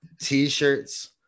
T-shirts